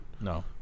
No